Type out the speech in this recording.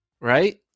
right